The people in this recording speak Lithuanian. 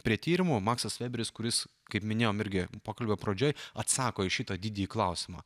prie tyrimo maksas veberis kuris kaip minėjom irgi pokalbio pradžioj atsako į šitą didįjį klausimą